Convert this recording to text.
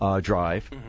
drive